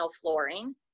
flooring